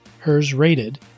HERS-rated